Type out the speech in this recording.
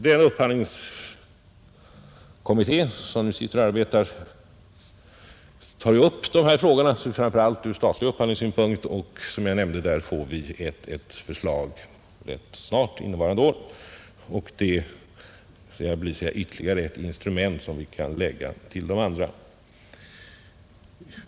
Den upphandlingskommitté som nu arbetar tar upp dessa frågor framför allt från statlig upphandlingssynpunkt, och vi får som jag nämnde ett förslag innevarande år. Det blir ytterligare ett instrument som vi kan lägga till de andra.